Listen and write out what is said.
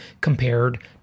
compared